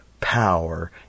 power